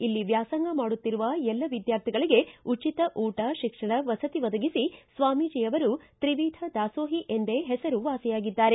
ಇಲ್ಲಿ ವ್ವಾಸಂಗ ಮಾಡುತ್ತಿರುವ ಎಲ್ಲ ವಿದ್ಯಾರ್ಥಿಗಳಿಗೆ ಉಚಿತ ಊಟ ಶಿಕ್ಷಣ ವಸತಿ ಒದಗಿಸಿ ಸ್ವಾಮೀಜಿ ಅವರು ತ್ರಿವಿಧ ದಾಸೋಹಿ ಎಂದೇ ಹೆಸರು ವಾಸಿಯಾಗಿದ್ದಾರೆ